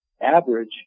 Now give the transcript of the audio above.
Average